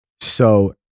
So-